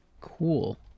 cool